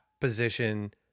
position